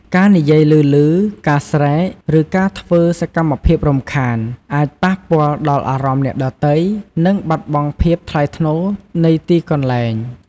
ការនិយាយឮៗ ការស្រែក ឬការធ្វើសកម្មភាពរំខាន អាចប៉ះពាល់ដល់អារម្មណ៍អ្នកដទៃ និងបាត់បង់ភាពថ្លៃថ្នូរនៃទីកន្លែង។